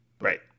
Right